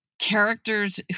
characters